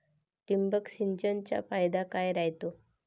ठिबक सिंचनचा फायदा काय राह्यतो?